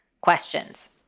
questions